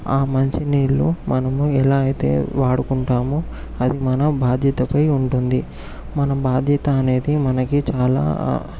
ఆ మంచి నీళ్లు మనము ఎలా అయితే వాడుకుంటామో అది మన బాధ్యతపై ఉంటుంది మన బాధ్యత అనేది మనకి చాలా